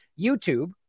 YouTube